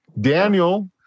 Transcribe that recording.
Daniel